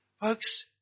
Folks